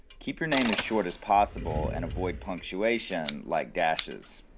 keep your name as short as possible and avoid punctuation, like dashes.